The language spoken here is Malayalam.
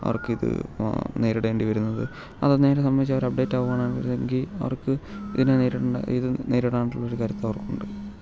അവർക്കിത് നേരിടേണ്ടി വരുന്നത് അതേ നേരം സമ്മതിച്ച് അവർ അപ്ഡേറ്റ് ആവുകയാണ് എങ്കിൽ അവർക്ക് ഇതിനെ നേരിടേണ്ട ഇത് നേരിടാനായിട്ടുള്ള ഒര് കരുത്ത് അവർക്കുണ്ട്